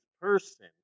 person